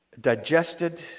digested